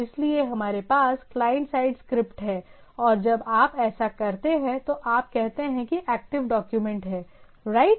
इसलिए हमारे पास क्लाइंट साइड स्क्रिप्ट्स हैं और जब आप ऐसा करते हैं तो आप कहते हैं कि एक्टिव डॉक्यूमेंट है राइट